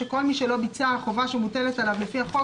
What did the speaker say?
שכל מי שלא ביצע חובה שמוטלת עליו לפי החוק,